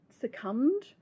succumbed